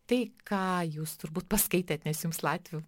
tai ką jūs turbūt paskaitėt nes jums latvių